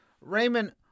Raymond